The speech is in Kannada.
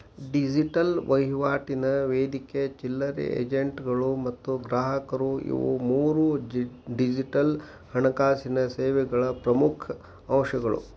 ಡಿಜಿಟಲ್ ವಹಿವಾಟಿನ ವೇದಿಕೆ ಚಿಲ್ಲರೆ ಏಜೆಂಟ್ಗಳು ಮತ್ತ ಗ್ರಾಹಕರು ಇವು ಮೂರೂ ಡಿಜಿಟಲ್ ಹಣಕಾಸಿನ್ ಸೇವೆಗಳ ಪ್ರಮುಖ್ ಅಂಶಗಳು